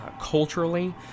culturally